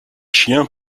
chiens